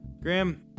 Graham